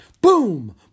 Boom